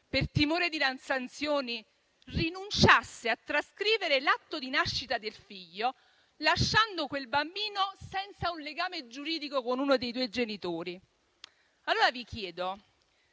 per timore di sanzioni, rinunciasse a trascrivere l'atto di nascita del figlio, lasciando quel bambino senza un legame giuridico con uno dei due genitori? Vi chiedo